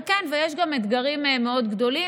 וכן, יש גם אתגרים מאוד גדולים.